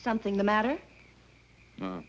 something the matter